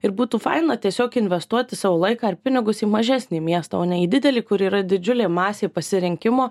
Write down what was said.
ir būtų faina tiesiog investuoti savo laiką ar pinigus į mažesnį miestą o ne į didelį kur yra didžiulė masė pasirinkimo